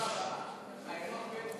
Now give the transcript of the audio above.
מתי יהיה,